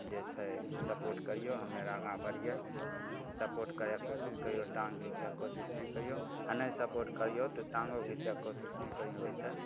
जे छै सपोर्ट करिऔ हमे आओर आगाँ बढ़िए सपोर्ट करैके कोशिश करिऔ टाँग घिचैके कोशिश नहि करिऔ आओर नहि सपोर्ट करिऔ तऽ टाँगो घिचैके कोशिश नहि करिऔ ओहिसे